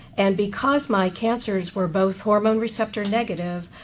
and because my cancers were both hormone receptor negative,